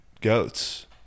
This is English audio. goats